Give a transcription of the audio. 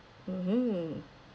mmhmm